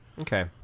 Okay